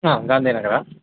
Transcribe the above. ಹಾಂ ಗಾಂದಿ ನಗರ